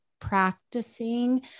practicing